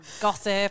gossip